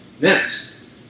Next